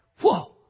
Whoa